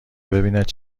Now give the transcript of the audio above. ببیند